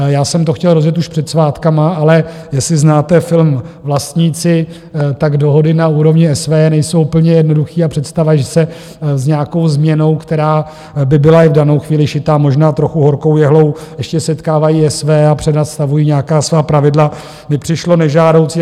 Já jsem to chtěl rozjet už před svátky, ale jestli znáte film Vlastníci, tak dohody na úrovni SVJ nejsou úplně jednoduché a představa, že se s nějakou změnou, která by byla i v danou chvíli šitá možná trochu horkou jehlou, ještě setkávají SVJ a přenastavují nějaká svá pravidla, mi přišlo nežádoucí.